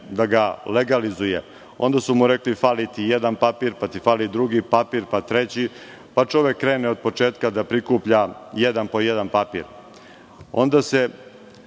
da ga legalizuje. Onda su mu rekli - fali ti jedan papir, pa ti fali drugi papir, pa treći, pa čovek krene od početka da prikuplja jedan po jedan papir. Onda se